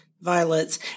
violets